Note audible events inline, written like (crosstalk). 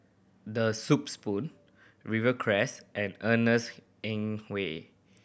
The Soup Spoon Rivercrest and Ernest (unintelligible)